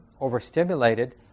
overstimulated